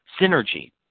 synergy